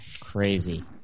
Crazy